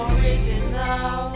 Original